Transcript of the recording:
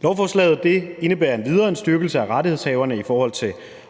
Lovforslaget indebærer endvidere en styrkelse af rettighedshaverne i forhold til